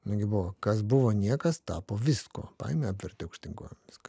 nagi buvo kas buvo niekas tapo viskuo paėmė apvertė aukštyn kojom viską